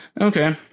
Okay